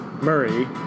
Murray